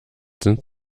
sind